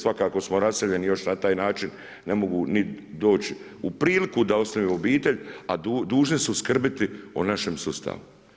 Svakako smo raseljeni, još na taj način ne mogu nit doći u priliku da osnuju obitelj, a dužni su skrbiti o našem sustavu.